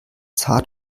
zart